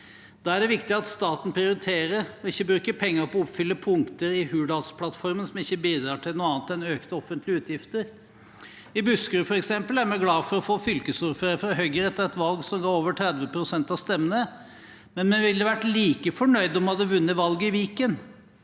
Da er det viktig at staten prioriterer og ikke bruker penger på å oppfylle punkter i Hurdalsplattformen som ikke bidrar til noe annet en økte offentlige utgifter. I Buskerud er vi f.eks. glad for å få fylkesordfører fra Høyre etter et valg som ga oss over 30 pst. av stemmene. Men vi ville vært like fornøyde om vi hadde vunnet valget i Viken.